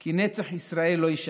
כי נצח ישראל לא ישקר.